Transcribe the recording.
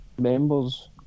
members